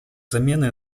замены